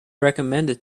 recommended